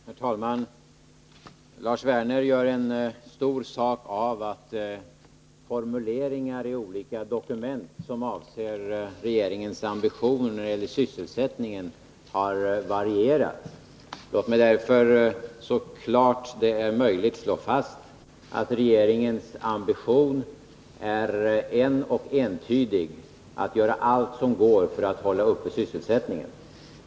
Herr talman! Lars Werner gör en stor sak av att formuleringarna i olika dokument som behandlar regeringens ambitioner när det gäller sysselsättningen har varierat. Låt mig därför så klart det är möjligt slå fast att regeringens ambition är en och entydig: att göra allt som går för att hålla uppe sysselsättningen.